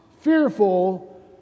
fearful